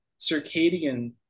circadian